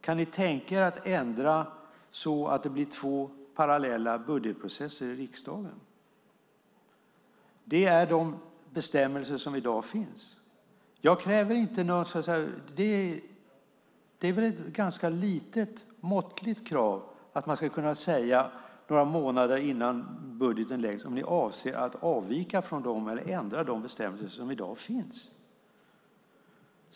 Kan ni tänka er att ändra så att det blir två parallella budgetprocesser i riksdagen? Det är de bestämmelser som finns i dag. Det är väl ett ganska måttligt krav att ställa, att ni några månader innan budgeten läggs fram svarar på om ni avser att avvika från eller ändra de bestämmelser som i dag finns.